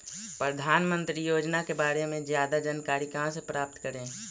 प्रधानमंत्री योजना के बारे में जादा जानकारी कहा से प्राप्त करे?